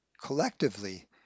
collectively